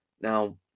Now